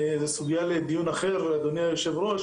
זה סוגייה לדיון אחר אדוני היו"ר,